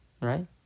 right